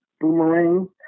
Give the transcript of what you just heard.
boomerang